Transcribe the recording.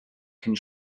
cyn